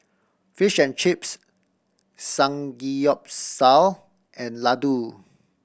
Fish and Chips Samgeyopsal and Ladoo